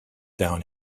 down